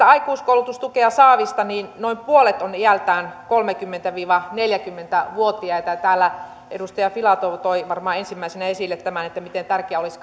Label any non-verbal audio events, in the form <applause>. <unintelligible> aikuiskoulutustukea saavista noin puolet on iältään kolmekymmentä viiva neljäkymmentä vuotiaita ja täällä edustaja filatov toi varmaan ensimmäisenä esille miten tärkeää olisi <unintelligible>